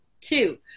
two